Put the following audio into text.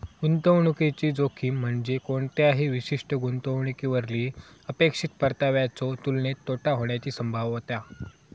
गुंतवणुकीची जोखीम म्हणजे कोणत्याही विशिष्ट गुंतवणुकीवरली अपेक्षित परताव्याच्यो तुलनेत तोटा होण्याची संभाव्यता